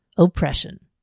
oppression